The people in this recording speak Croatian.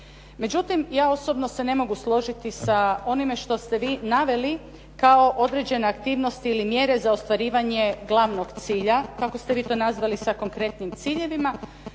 Međutim, ja osobno se ne mogu složiti sa onime što ste vi naveli kao određena aktivnosti ili mjere za ostvarivanje glavnog cilja kako ste vi to nazvali sa konkretnim ciljevima,